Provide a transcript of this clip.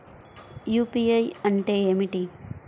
UPI అంటే ఏమిటీ?